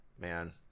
man